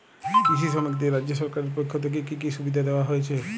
কৃষি শ্রমিকদের রাজ্য সরকারের পক্ষ থেকে কি কি সুবিধা দেওয়া হয়েছে?